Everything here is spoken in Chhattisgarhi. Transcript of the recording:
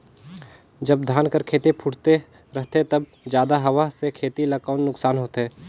जब धान कर खेती फुटथे रहथे तब जादा हवा से खेती ला कौन नुकसान होथे?